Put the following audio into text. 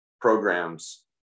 programs